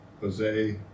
Jose